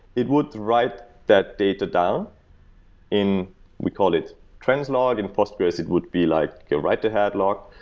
it would write that data down in we call it trans log. in phosphorus, it would be like your write ahead log.